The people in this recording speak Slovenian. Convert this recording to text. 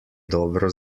dobro